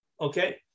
Okay